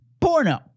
porno